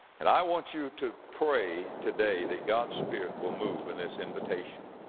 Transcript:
and i want you to pray today that god's spirit will move in this invitation.